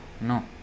no